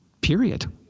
period